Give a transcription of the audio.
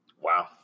wow